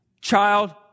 child